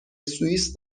سوئیس